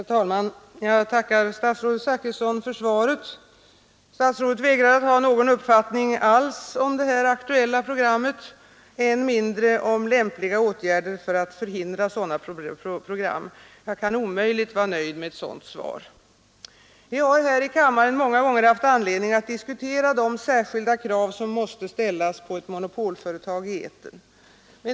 Herr talman! Jag tackar statsrådet Zachrisson för svaret. Statsrådet vägrar att ha någon uppfattning alls om det aktuella programmet och än mindre om lämpliga åtgärder för att förhindra program av det här slaget. Jag kan omöjligt vara nöjd med ett sådant svar. Vi har här i kammaren många gånger haft anledning att diskutera de särskilda krav som måste ställas på ett monopolföretag i etern.